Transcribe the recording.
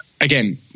again